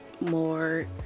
more